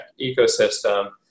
ecosystem